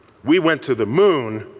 we went to the moon,